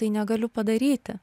tai negaliu padaryti